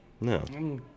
no